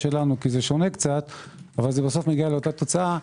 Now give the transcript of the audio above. כי זה שונה קצת אבל בסוף מגיעים לאותה תוצאה,